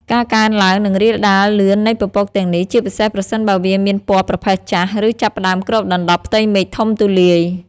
ការកើនឡើង និងរាលដាលលឿននៃពពកទាំងនេះ ជាពិសេសប្រសិនបើវាមានពណ៌ប្រផេះចាស់ ឬចាប់ផ្តើមគ្របដណ្តប់ផ្ទៃមេឃធំទូលាយ។